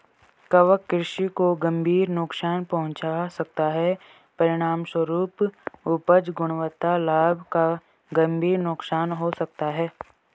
कवक कृषि को गंभीर नुकसान पहुंचा सकता है, परिणामस्वरूप उपज, गुणवत्ता, लाभ का गंभीर नुकसान हो सकता है